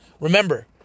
Remember